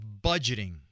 budgeting